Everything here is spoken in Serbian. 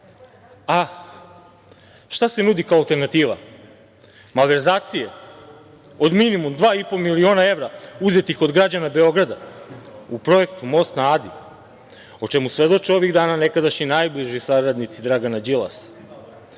Šta se nudi kao alternativa? Malverzacije od minimum dva i po miliona evra uzetih od građana Beograda u projektu "Most na Adi", o čemu svedoče ovih dana nekadašnji najbliži saradnici Dragana Đilasa.